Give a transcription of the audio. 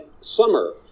summer